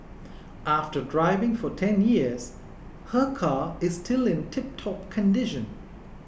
after driving for ten years her car is still in tiptop condition